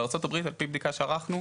בארה"ב על פי בדיקה שערכנו,